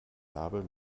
bärbel